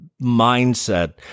mindset